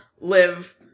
live